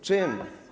Czym?